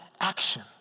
action